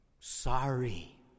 Sorry